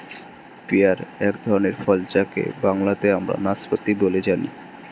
pair এক ধরনের ফল যাকে বাংলাতে আমরা নাসপাতি বলে জানি